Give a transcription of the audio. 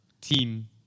team